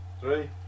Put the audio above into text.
Three